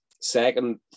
second